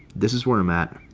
this is where i'm at.